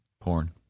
porn